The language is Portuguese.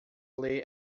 ler